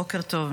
בוקר טוב,